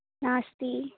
नास्ति